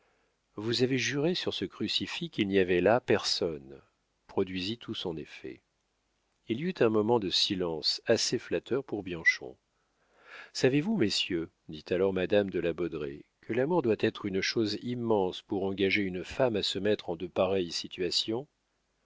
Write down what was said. vous avez juré sur ce crucifix qu'il n'y avait là personne produisit tout son effet il y eut un moment de silence assez flatteur pour bianchon savez-vous messieurs dit alors madame de la baudraye que l'amour doit être une chose immense pour engager une femme à se mettre en de pareilles situations